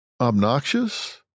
obnoxious